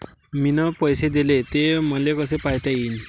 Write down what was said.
मिन पैसे देले, ते मले कसे पायता येईन?